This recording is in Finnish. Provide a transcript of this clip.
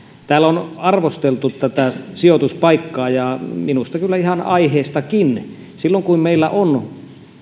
täällä on arvosteltu tätä sijoituspaikkaa ja minusta kyllä ihan aiheestakin silloin kun meillä on